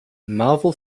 marvel